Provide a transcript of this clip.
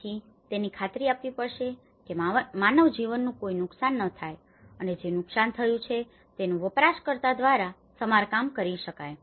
તેથી તેની ખાતરી આપવી પડશે કે માનવ જીવનનું કોઈ નુકસાન ન થાય અને જે નુકસાન થયું છે તેનુ વપરાશકર્તા દ્વારા સમારકામ કરી શકાય